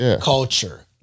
culture